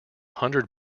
hundred